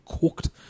cooked